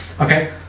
Okay